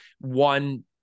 one